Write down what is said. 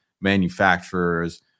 manufacturers